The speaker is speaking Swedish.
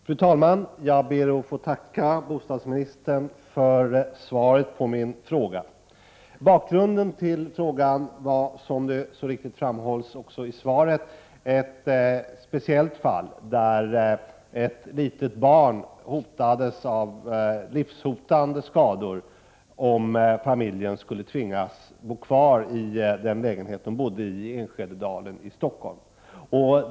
Fru talman! Jag ber att få tacka bostadsministern för svaret på min fråga. Bakgrunden till frågan är — som bostadsministern så riktigt framhållit i svaret — ett speciellt fall där ett litet barn riskerade att få livshotande skador om familjen skulle tvingas bo kvar i den lägenhet den bebodde i Enskededa len i Stockholm.